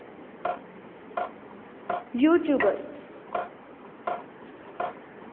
YouTuber